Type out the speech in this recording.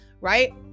right